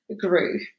grew